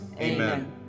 Amen